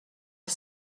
est